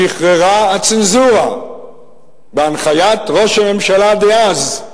שחררה הצנזורה לפרסום, בהנחיית ראש הממשלה דאז,